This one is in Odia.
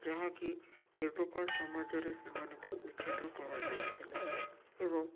ଯାହାକି ଏବେକା ସମାଜରେ ସେମାନଙ୍କୁ ଉଚ୍ଛେଦ କରାଯାଉଥିଲା ଏବଂ